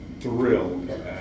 thrilled